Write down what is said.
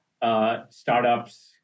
Startups